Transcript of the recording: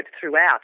throughout